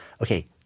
okay